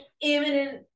imminent